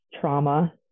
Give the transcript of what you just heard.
trauma